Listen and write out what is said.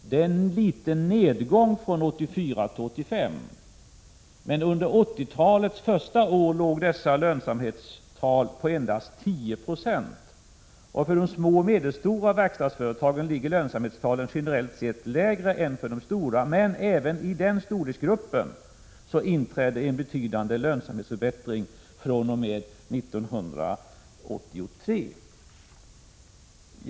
Det är en liten nedgång från 1984 till 1985, men under 1980-talets första år låg dessa lönsamhetstal på endast 10 96. För de små och medelstora verkstadsföretagen ligger lönsamhetstalen generellt sett lägre än för de stora, men även i den storleksgruppen inträder en betydande lönsamhetsförbättring fr.o.m. 1983.